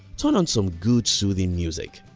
turn on some good, soothing music.